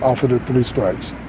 after the three strikes.